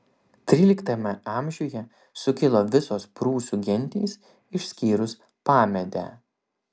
tryliktajame amžiuje sukilo visos prūsų gentys išskyrus pamedę